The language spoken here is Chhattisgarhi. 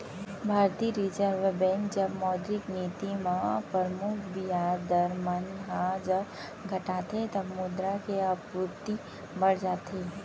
भारतीय रिर्जव बेंक जब मौद्रिक नीति म परमुख बियाज दर मन ह जब घटाथे तब मुद्रा के आपूरति बड़ जाथे